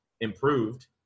improved